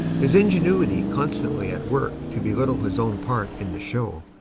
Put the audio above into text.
his ingenuity constantly at work to belittle his own part in the show,